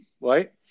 Right